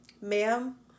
Ma'am